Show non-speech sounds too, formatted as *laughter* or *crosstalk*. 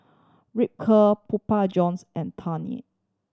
Ripcurl Pupa Johns and *unintelligible*